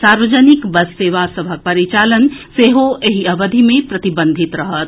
सार्वजनिक बस सेवा सभक परिचालन सेहो एहि अवधि मे प्रतिबंधित रहत